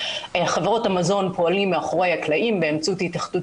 חברות המזון פועלות מאחורי הקלעים באמצעות התאחדות